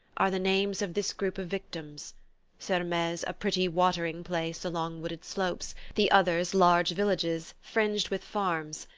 are the names of this group of victims sermaize a pretty watering-place along wooded slopes, the others large villages fringed with farms,